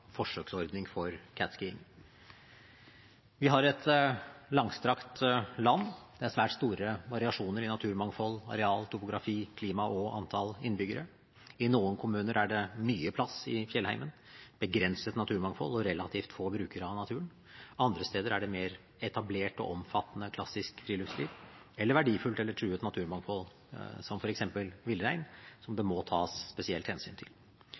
forsøksordning for catskiing. Vi har et langstrakt land. Det er svært store variasjoner i naturmangfold, areal, topografi, klima og antall innbyggere. I noen kommuner er det mye plass i fjellheimen, begrenset naturmangfold og relativt få brukere av naturen. Andre steder er det mer etablert og omfattende klassisk friluftsliv eller verdifullt eller truet naturmangfold, som f.eks. villrein som det må tas spesielt hensyn til.